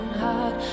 heart